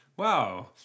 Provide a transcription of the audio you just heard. wow